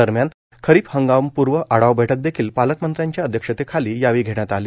दरम्यान खरीप हंगामपूर्व आढावा बैठक देखील पालकमंत्र्यांच्या अध्यक्षतेखाली यावेळी घेण्यात आली